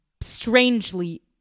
strangely